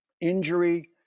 injury